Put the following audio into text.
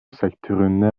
sektöründe